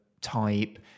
type